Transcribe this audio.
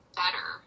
better